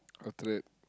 after that